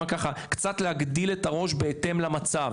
קצת להגדיל את הראש בהתאם למצב,